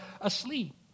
asleep